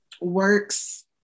works